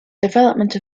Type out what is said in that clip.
development